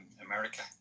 america